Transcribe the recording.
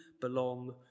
belong